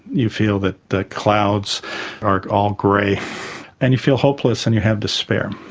you feel that the clouds are all grey and you feel hopeless and you have despair.